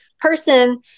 person